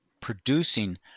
producing